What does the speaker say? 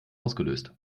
ausgelöst